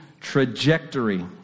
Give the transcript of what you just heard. trajectory